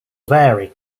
vary